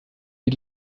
die